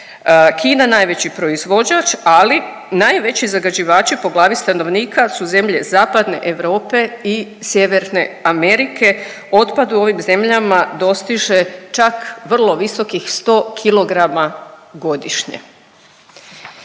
Kina najveći proizvođač, ali najveći zagađivači po glavi stanovnika su zemlje Zapadne Europe i Sjeverne Amerike, otpad u ovim zemljama dostiže čak vrlo visokih 100 kilograma godišnje.